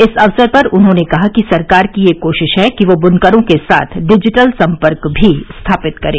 इस अवसर पर उन्होंने कहा कि सरकार की यह कोशिश है कि वह बुनकरों के साथ डिजिटल सम्पर्क भी स्थापित करे